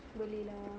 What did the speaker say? boleh lah